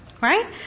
right